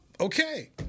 Okay